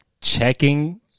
checking